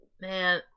Man